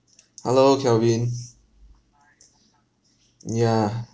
hello kelvin mm yeah